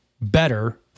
better